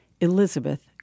Elizabeth